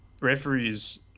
referees